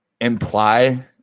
Imply